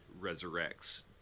resurrects